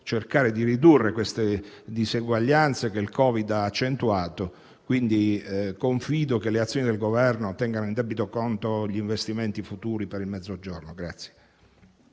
cercare di ridurre queste diseguaglianze che il Covid ha accentuato e confido che le azioni del Governo tengano in debito conto gli investimenti futuri per il Mezzogiorno.